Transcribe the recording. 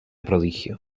prodigio